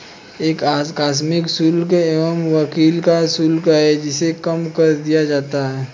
एक आकस्मिक शुल्क एक वकील का शुल्क है जिसे कम कर दिया जाता है